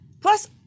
Plus